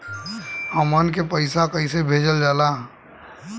हमन के पईसा कइसे भेजल जाला?